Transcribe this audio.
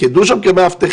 תפקדו שם כמאבטחים,